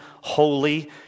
holy